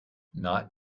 not